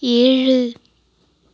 ஏழு